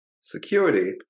security